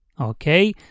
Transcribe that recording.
Okay